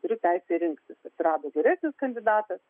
turiu teisę rinktis atsirado geresnis kandidatas